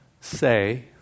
say